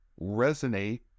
resonate